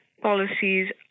policies